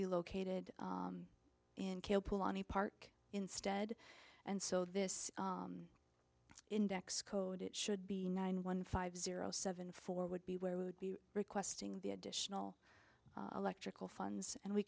be located in the park instead and so this index code it should be nine one five zero seven four would be where we would be requesting the additional electrical funds and we